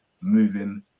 moving